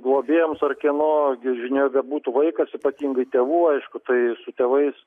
globėjams ar kieno žinioj bebūtų vaikas ypatingai tėvų aišku tai su tėvais